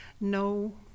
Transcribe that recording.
no